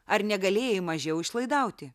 ar negalėjai mažiau išlaidauti